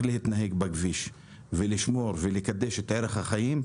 להתנהג בכביש ולשמור ולקדש את ערך החיים,